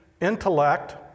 intellect